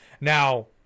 now